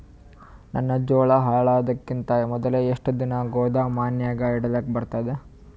ನನ್ನ ಜೋಳಾ ಹಾಳಾಗದಕ್ಕಿಂತ ಮೊದಲೇ ಎಷ್ಟು ದಿನ ಗೊದಾಮನ್ಯಾಗ ಇಡಲಕ ಬರ್ತಾದ?